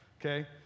okay